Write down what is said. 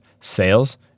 sales